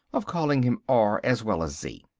of calling him r as well as z.